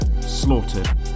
slaughtered